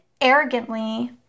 arrogantly